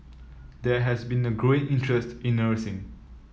there has been a growing interest in nursing